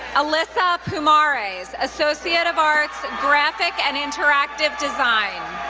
alyssa pumares, associate of arts, graphic and interactive design.